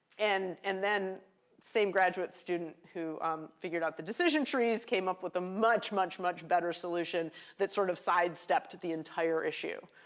and and then same graduate student who figured out the decision trees came up with a much, much, much better solution that sort of sidestepped the entire issue.